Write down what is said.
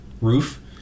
roof